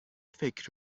فکر